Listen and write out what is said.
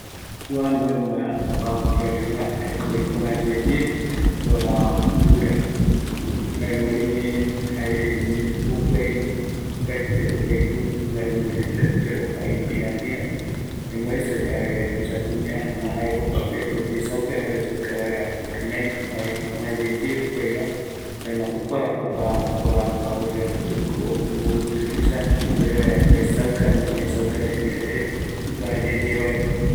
Kua pavo real jeiva jaeko ïporayeye, kua guira, juguai puku jare ïpöra ïpïra pïra pe, jokuape oesauka ikuñaretape, kiraiko jae ïpöra va, jaera guinoi, oyesauka vaera